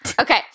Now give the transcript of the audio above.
Okay